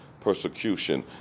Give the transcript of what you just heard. persecution